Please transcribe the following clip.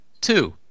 Two